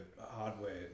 hardware